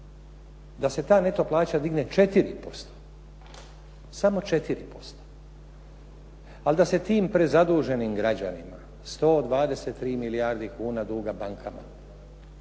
da se ta neto plaća digne 4%, samo 4%, ali da se tim prezaduženim građanima 123 milijarde kuna duga bankama,